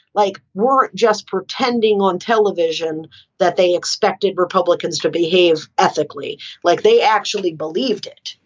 like, were just pretending on television that they expected republicans to behave ethically like they actually believed it.